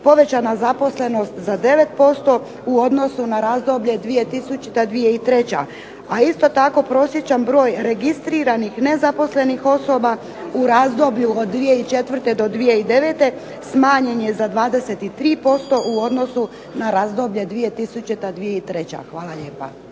povećana zaposlenost za 9%, u odnosu na razdoblje 2000.-2003. A isto tako prosječan broj registriranih nezaposlenih osoba, u razdoblju od 2004. do 2009. smanjen je za 23% u odnosu na razdoblje 2000.-2003. Hvala lijepa.